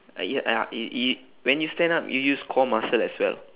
uh ya uh y~ y~ when you stand up you use core muscle as well